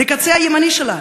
הקצה הימני שלה.